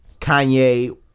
kanye